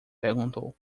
perguntou